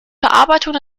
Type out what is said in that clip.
verarbeitung